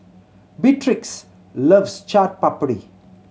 Beatrix loves Chaat Papri